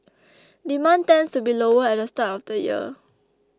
demand tends to be lower at the start of the year